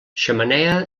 xemeneia